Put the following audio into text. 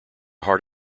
heart